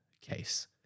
case